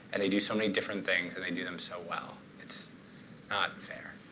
and they do so many different things, and they do them so well. it's not fair.